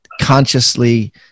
consciously